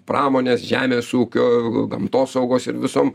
pramonės žemės ūkio gamtosaugos ir visom